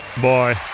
boy